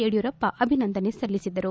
ಯಡಿಯೂರಪ್ಪ ಅಭಿನಂದನೆ ಸಲ್ಲಿಸಿದರು